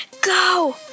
Go